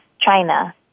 China